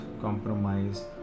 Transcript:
compromise